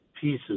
pieces